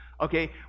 okay